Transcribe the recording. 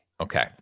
Okay